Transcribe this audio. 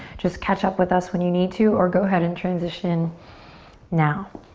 just catch up with us when you need to or go ahead and transition now.